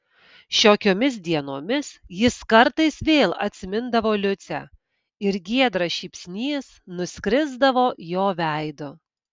šiokiomis dienomis jis kartais vėl atsimindavo liucę ir giedras šypsnys nuskrisdavo jo veidu